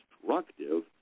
destructive